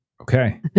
Okay